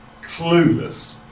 clueless